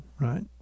right